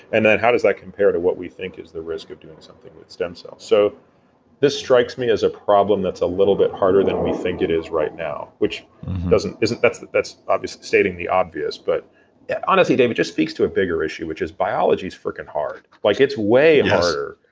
and then how does that compare to what we think is the risk of doing something with stem cells so this strikes me as a problem that's a little bit harder than we think it is right now which doesn't, that's that's obviously stating the obvious, but honestly dave, it just speaks to a bigger issue, which is biology's freaking hard. like it's way ah harder